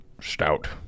stout